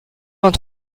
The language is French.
vingt